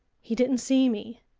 he didn't see me.